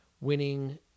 winning